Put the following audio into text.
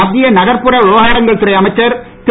மத்திய நகர்புற விவகாரங்கள் துறை அமைச்சர் திரு